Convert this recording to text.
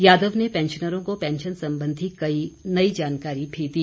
यादव ने पैंशनरों को पैंशन संबंधी कई नई जानकारी भी दी